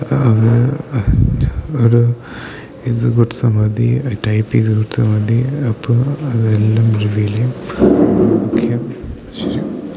ഒരു ഇത് കൊടുത്താൽ മതി ടൈപ്പ് ചെയ്ത് കൊടുത്താൽ മതി അപ്പോൾ അതെല്ലാം ഓക്കെ ശരി